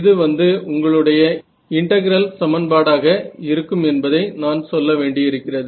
இது வந்து உங்களுடைய இன்டெகிரல் சமன்பாடு ஆக இருக்கும் என்பதை நான் சொல்ல வேண்டியிருக்கிறது